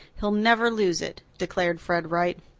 he'll never lose it, declared fred wright.